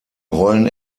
rollen